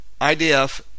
IDF